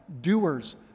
doers